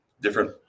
different